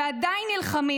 ועדיין נלחמים,